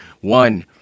One